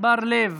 בר לב.